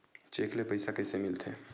Cheque ले पईसा कइसे मिलथे?